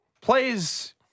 plays